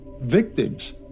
Victims